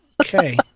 Okay